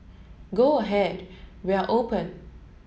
go ahead we are open